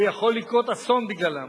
ויכול לקרות אסון בגללם.